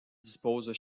disposent